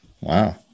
Wow